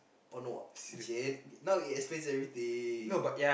oh no !chey! now it explains everything